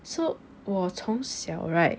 so 我从小 right